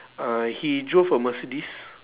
uh he drove a mercedes